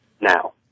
now